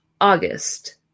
August